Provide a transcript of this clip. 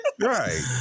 Right